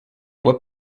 what